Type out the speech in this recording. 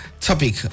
topic